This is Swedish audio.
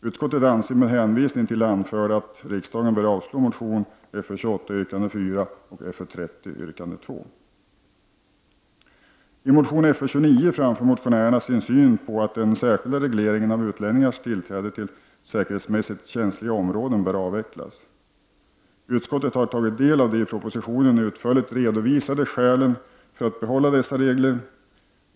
Utskottet anser, med hänvisning till det anförda, att riksdagen bör avslå motion Fö28 yrkande 4 och Fö30 yrkande 2. I motion Fö29 framför motionärerna sin uppfattning att den särskilda regleringen av utlänningars tillträde till säkerhetsmässigt känsliga områden bör avvecklas. Utskottet har tagit del av de i propositionen utförligt redovisade skälen för att behålla dessa regler.